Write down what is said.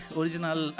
original